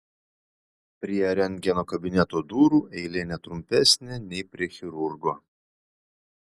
prie rentgeno kabineto durų eilė ne trumpesnė nei prie chirurgo